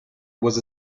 was